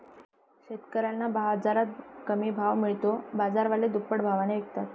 शेतकऱ्यांना बाजारात कमी भाव मिळतो, बाजारवाले दुप्पट भावाने विकतात